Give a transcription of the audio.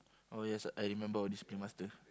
oh yes I remember our discipline master